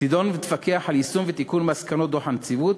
תדון ותפקח על יישום ותיקון מסקנות דוח הנציבות,